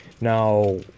Now